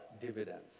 dividends